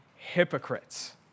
hypocrites